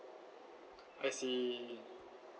I see